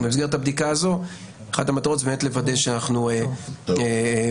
אחת המטרות של הבדיקה הזו היא לוודא שאנחנו את הוולידציה.